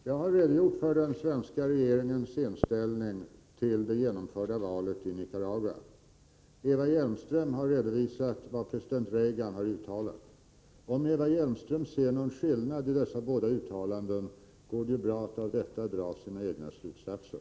Herr talman! Jag har redogjort för den svenska regeringens inställning till det genomförda valet i Nicaragua. Eva Hjelmström har redovisat vad president Reagan har uttalat. Om Eva Hjelmström ser någon skillnad i dessa båda uttalanden, går det ju bra att dra egna slutsatser.